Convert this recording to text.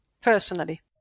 personally